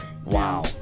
Wow